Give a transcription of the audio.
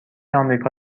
آمریکا